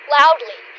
loudly